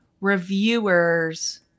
reviewers